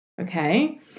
okay